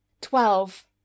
Twelve